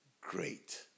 great